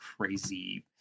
crazy